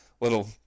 little